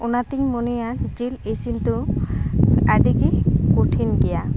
ᱚᱱᱟᱛᱮᱧ ᱢᱚᱱᱮᱭᱟ ᱡᱤᱞ ᱤᱥᱤᱱ ᱫᱚ ᱟᱹᱰᱤᱜᱮ ᱠᱩᱴᱷᱤᱱ ᱜᱮᱭᱟ